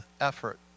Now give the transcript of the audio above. effort